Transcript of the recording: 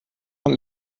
von